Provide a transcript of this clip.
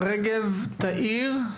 רגב תאיר.